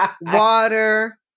water